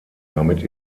damit